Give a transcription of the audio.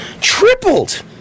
Tripled